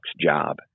job